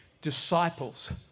disciples